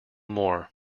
more